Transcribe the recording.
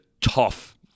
tough